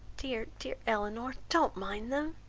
dear, dear elinor, don't mind them.